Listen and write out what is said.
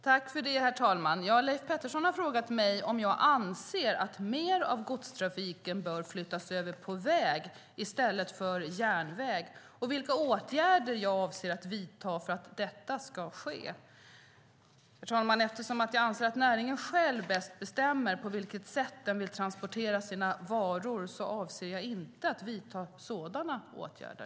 Herr talman! Leif Pettersson har frågat mig om jag anser att mer av godstrafiken bör flyttas över till väg i stället för järnväg och vilka åtgärder jag avser att vidta för att detta ska ske. Herr talman! Eftersom jag anser att näringen själv bäst bestämmer på vilket sätt den vill transportera sina varor avser jag inte att vidta sådana åtgärder.